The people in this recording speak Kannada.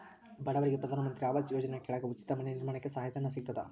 ಬಡವರಿಗೆ ಪ್ರಧಾನ ಮಂತ್ರಿ ಆವಾಸ್ ಯೋಜನೆ ಕೆಳಗ ಉಚಿತ ಮನೆ ನಿರ್ಮಾಣಕ್ಕೆ ಸಹಾಯ ಧನ ಸಿಗತದ